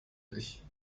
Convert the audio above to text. dich